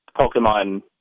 Pokemon